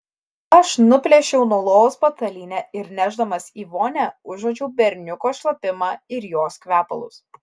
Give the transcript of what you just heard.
aš nuplėšiau nuo lovos patalynę ir nešdamas į vonią užuodžiau berniuko šlapimą ir jos kvepalus